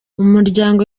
umuryango